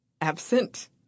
absent